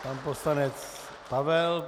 Pan poslanec Pavel .